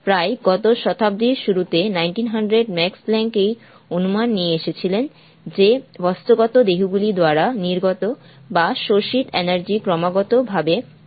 প্রায় গত শতাব্দীর শুরুতে 1900 ম্যাক্স প্ল্যাঙ্ক এই অনুমান নিয়ে এসেছিলেন যে বস্তুগত দেহগুলি দ্বারা নির্গত বা শোষিত এনার্জি ক্রমাগত ভাবে ঘটে না